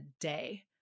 day